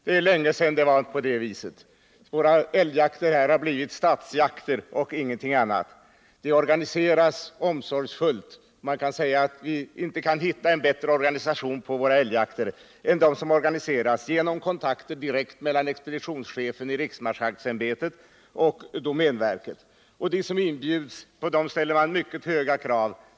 Det är länge sedan det förhöll sig på det viset. Dessa älgjakter har blivit statsjakter och ingenting annat. De organiseras omsorgsfullt. Man kan säga att det inte går att hitta en bättre organisation av våra älgjakter. De här organiseras genom direkta kontakter mellan expeditionschefen i riksmarskalksämbetet och domänverket. På dem som inbjuds ställs mycket höga krav.